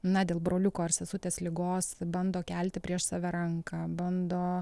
na dėl broliuko ar sesutės ligos bando kelti prieš save ranką bando